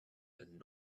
and